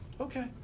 okay